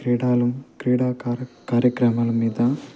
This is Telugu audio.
క్రీడలు క్రీడా కార్య కార్యక్రమాల మీద